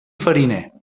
fariner